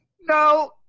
No